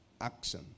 action